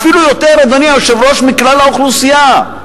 אדוני היושב-ראש, אפילו יותר מבכלל האוכלוסייה.